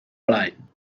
blaen